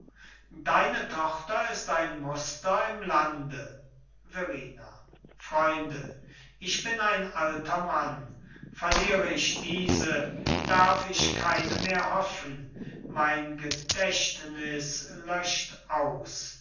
deine tochter ist ein muster im lande verrina freunde ich bin ein alter mann verliere ich diese darf ich keine mehr hoffen mein gedächtnis löscht aus